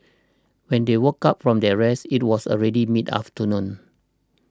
when they woke up from their rest it was already mid afternoon